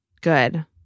good